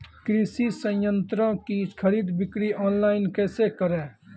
कृषि संयंत्रों की खरीद बिक्री ऑनलाइन कैसे करे?